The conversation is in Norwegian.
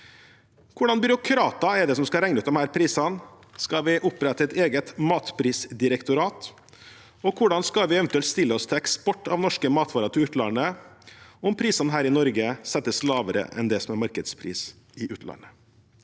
Hva slags byråkrater er det som skal regne ut disse prisene? Skal vi opprette et eget matprisdirektorat? Hvordan skal vi eventuelt stille oss til eksport av norske matvarer til utlandet om prisene her i Norge settes lavere enn det som er markedspris i utlandet?